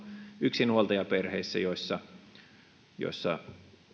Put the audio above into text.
yksinhuoltajaperheissä